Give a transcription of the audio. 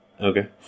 Okay